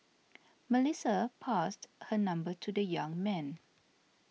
Melissa passed her number to the young man